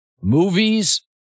Movies